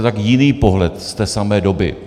Tak jiný pohled z té samé doby.